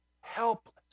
helpless